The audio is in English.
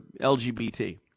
LGBT